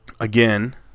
again